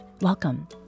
Welcome